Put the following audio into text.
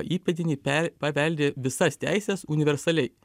įpėdiniai per paveldi visas teises universaliai